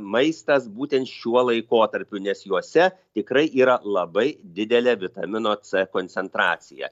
maistas būtent šiuo laikotarpiu nes juose tikrai yra labai didelė vitamino c koncentracija